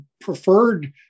preferred